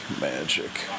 magic